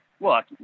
look